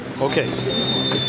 Okay